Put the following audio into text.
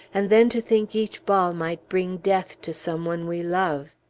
and then to think each ball might bring death to some one we love!